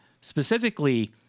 specifically